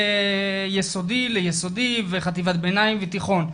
בטרום יסודי, ליסודי וחטיבת ביניים ותיכון.